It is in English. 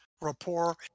rapport